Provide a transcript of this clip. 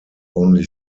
only